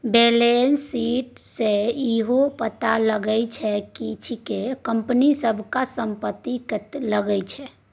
balance sheet सँ इहो पता लगा सकै छी कि कंपनी सबटा संपत्ति कतय लागल छै